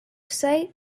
sight